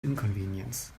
inconvenience